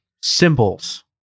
symbols